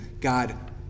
God